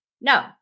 No